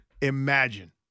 imagine